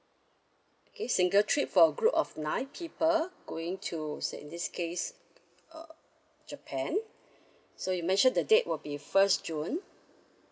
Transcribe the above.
okay single trip for a group of nine people going to say in this case uh japan so you mentioned the date will be first june